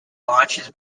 launches